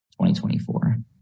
2024